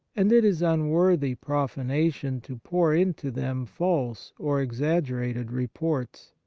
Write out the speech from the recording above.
and it is unworthy profanation to pour into them false or exaggerated reports.